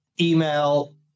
email